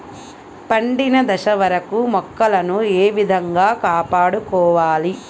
పండిన దశ వరకు మొక్కలను ఏ విధంగా కాపాడుకోవాలి?